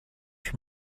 from